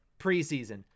preseason